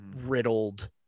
riddled